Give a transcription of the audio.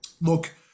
look